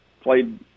played